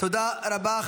תודה רבה.